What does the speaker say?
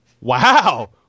Wow